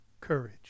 courage